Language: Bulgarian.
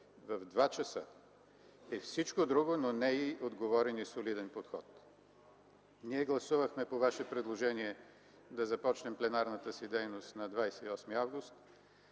в 14,00 ч., е всичко друго, но не и отговорен и солиден подход. Ние гласувахме по ваше предложение да започнем пленарната си дейност на 28 август.